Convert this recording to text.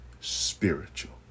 spiritual